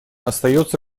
остается